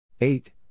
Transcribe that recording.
Eight